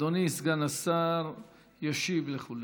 אדוני סגן השר ישיב לכולם.